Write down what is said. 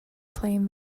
playing